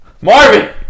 Marvin